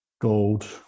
gold